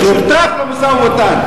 יש שותף למשא-ומתן?